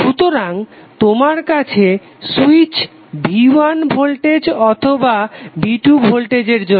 সুতরাং তোমার আছে সুইচ V1 ভোল্টেজ অথবা V2 ভোল্টেজের জন্য